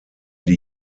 die